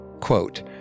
Quote